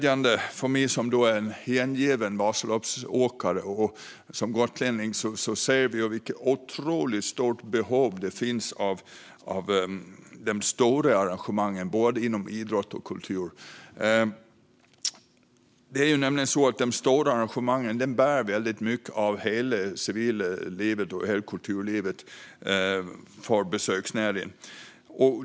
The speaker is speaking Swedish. För mig som hängiven Vasaloppsåkare och gotlänning är det tydligt vilket otroligt stort behov det finns av stora arrangemang inom både idrott och kultur. De stora arrangemangen inom det civila livet och kulturlivet bär väldigt mycket av besöksnäringen.